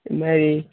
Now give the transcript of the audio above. இதுமாதிரி